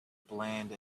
bland